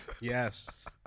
yes